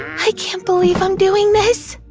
i can't believe i'm doing this.